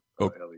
Okay